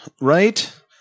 right